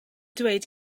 dweud